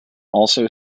also